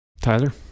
Tyler